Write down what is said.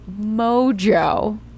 Mojo